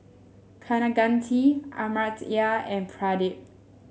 Kaneganti Amartya and Pradip